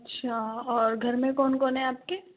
अच्छा और घर में कौन कौन है आपके